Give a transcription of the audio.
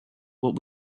what